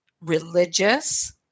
religious